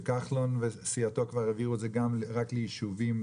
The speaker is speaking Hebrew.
וכחלון וסיעתו כבר כיוונו את זה רק לישובים